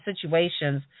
situations